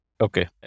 Okay